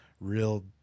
real